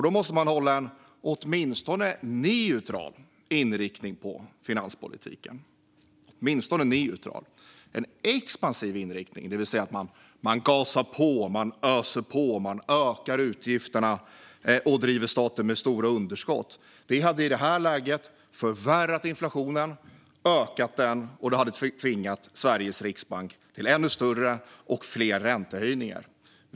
Då måste man hålla en åtminstone neutral inriktning på finanspolitiken. En expansiv inriktning, det vill säga att man gasar på, öser på, ökar utgifterna och driver staten med stora underskott, hade i det här läget förvärrat och ökat inflationen och tvingat Sveriges riksbank till ännu större och fler räntehöjningar.